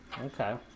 Okay